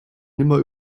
nimmer